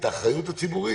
את האחריות הציבורית